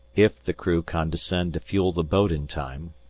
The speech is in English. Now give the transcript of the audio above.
if the crew condescend to fuel the boat in time.